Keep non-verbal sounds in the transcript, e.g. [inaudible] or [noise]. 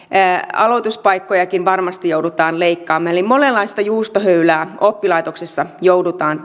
aloituspaikkojakin varmasti joudutaan leikkaamaan eli monenlaista juustohöylää oppilaitoksissa joudutaan [unintelligible]